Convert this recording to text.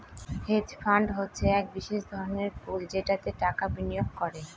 hedge fund হচ্ছে এক বিশেষ ধরনের পুল যেটাতে টাকা বিনিয়োগ করে